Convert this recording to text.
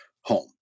home